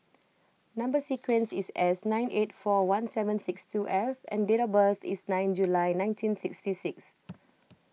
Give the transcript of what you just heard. Number Sequence is S nine eight four one seven six two F and date of birth is nine July nineteen sixty six